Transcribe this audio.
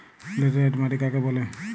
Laterite মাটি কাকে বলে?